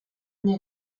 new